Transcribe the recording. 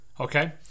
Okay